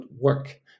work